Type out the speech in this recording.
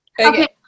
Okay